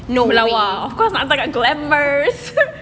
of course I tangkap glamours